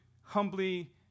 humbly